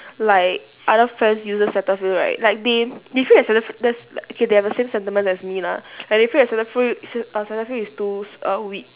like other friends uses cetaphil right like they they feel that cetaphil that's like okay they have the sentiments as me lah like they feel that cetaphil s~ uh cetaphil is too s~ uh weak